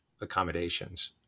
accommodations